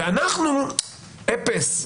ואנחנו אפס,